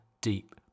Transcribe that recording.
deep